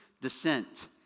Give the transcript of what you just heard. descent